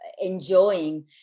enjoying